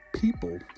people